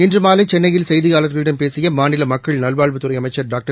இன்று மாலை சென்னையில் செய்தியாளர்களிடம் பேசிய மாநில மக்கள் நல்வாழ்வுத்துறை அமைச்சர் டாக்டர்